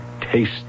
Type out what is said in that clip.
taste